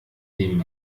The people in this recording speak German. dem